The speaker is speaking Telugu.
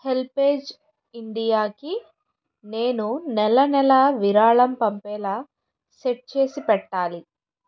హెల్పేజ్ ఇండియాకి నేను నెలనెలా విరాళం పంపేలా సెట్ చేసి పెట్టాలి